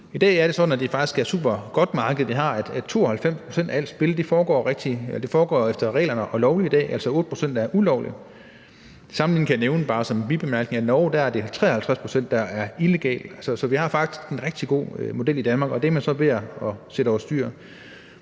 I dag er det sådan, at det faktisk er et supergodt marked, vi har. 92 pct. af alt spil foregår efter reglerne og er lovligt, og 8 pct. er ulovligt. I en bibemærkning kan jeg til sammenligning nævne, at det i Norge er 53 pct., der er illegalt. Så vi har faktisk en rigtig god model i Danmark, og den er man så ved at sætte over styr.